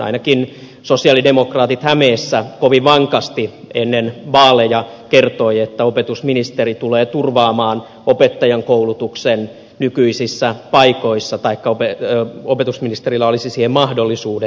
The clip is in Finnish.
ainakin sosialidemokraatit hämeessä kovin vankasti ennen vaaleja kertoivat että opetusministeri tulee turvaamaan opettajankoulutuksen nykyisissä paikoissa tai opetusministerillä olisi siihen mahdollisuudet